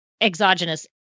exogenous